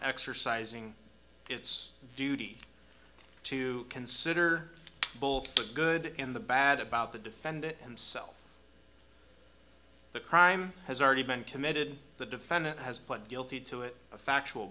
exercising its duty to consider both the good and the bad about the defendant himself the crime has already been committed the defendant has pled guilty to it a factual